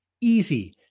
Easy